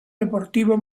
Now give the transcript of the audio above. deportivo